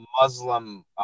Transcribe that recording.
Muslim